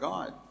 God